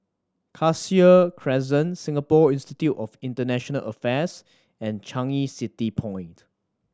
Cassia Crescent Singapore Institute of International Affairs and Changi City Point